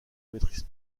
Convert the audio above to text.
maîtrise